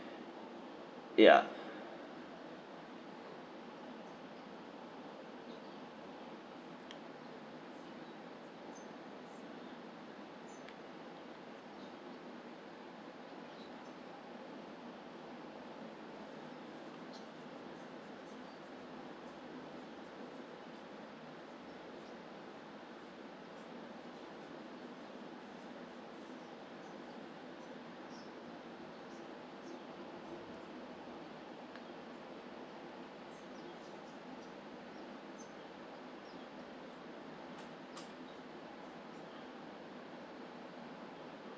ya